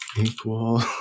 Equal